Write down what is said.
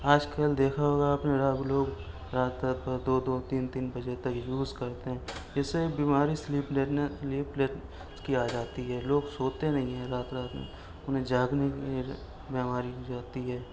آج کل دیکھا ہوگا آپ نے لوگ رات رات بھر دو دو تین تین بجے تک یوز کرتے ہیں اسے بیماری سلیپنیس کی آ جاتی ہے لوگ سوتے نہیں ہیں رات رات میں انہیں جاگنے کی بیماری ہو جاتی ہے